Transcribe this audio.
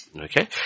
Okay